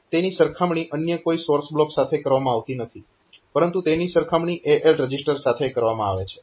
તેની સરખામણી અન્ય કોઈ સોર્સ બ્લોક સાથે કરવામાં આવતી નથી પરંતુ તેની સરખામણી AL રજીસ્ટર સાથે કરવામાં આવે છે